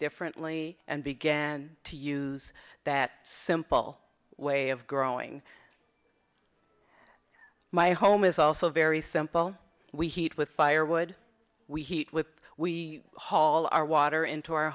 differently and began to use that simple way of growing my home is also very simple we heat with fire wood we heat with we haul our water into our